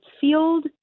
field